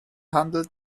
handelt